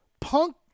punk